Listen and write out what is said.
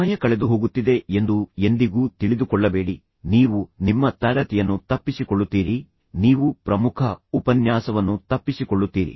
ಸಮಯ ಕಳೆದುಹೋಗುತ್ತಿದೆ ಎಂದು ಎಂದಿಗೂ ತಿಳಿದುಕೊಳ್ಳಬೇಡಿ ನೀವು ನಿಮ್ಮ ತರಗತಿಯನ್ನು ತಪ್ಪಿಸಿಕೊಳ್ಳುತ್ತೀರಿ ನೀವು ಪ್ರಮುಖ ಉಪನ್ಯಾಸವನ್ನು ತಪ್ಪಿಸಿಕೊಳ್ಳುತ್ತೀರಿ